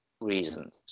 reasons